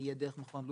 תהיה דרך מכון לואיס.